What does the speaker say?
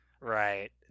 Right